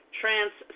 trans